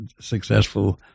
successful